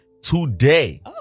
today